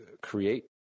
create